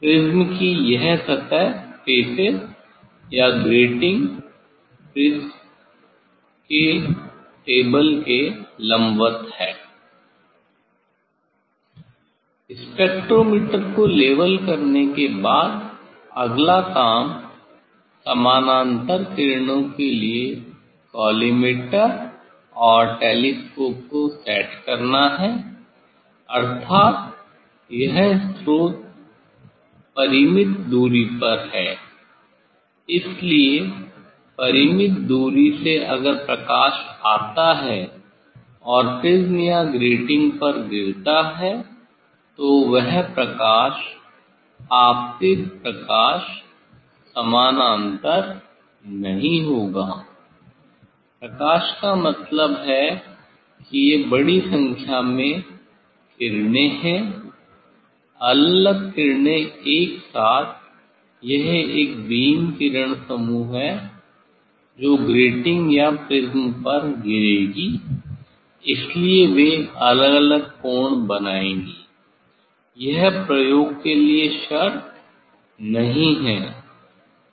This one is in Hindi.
प्रिज्म की यह सतह फेसेस या ग्रेटिंग प्रिज्म टेबल के लंबवत है स्पेक्ट्रोमीटर को लेवल करने के बाद अगला काम समानांतर किरणों के लिए कॉलीमेटर और टेलीस्कोप को सेट करना है अर्थात यह स्रोत परिमित दूरी पर है इसलिए परिमित दूरी से अगर प्रकाश आता है और प्रिज्म या ग्रेटिंग पर गिरता है तो वह प्रकाश आपतित प्रकाश समानांतर नहीं होगा प्रकाश का मतलब है कि वे बड़ी संख्या में किरणें हैं अलग अलग किरणें एक साथ यह एक बीम किरण समूह है जो ग्रेटिंग या प्रिज्म पर गिरेगी इसलिए वे अलग अलग कोण बनाएंगी यह प्रयोग के लिए शर्त नहीं है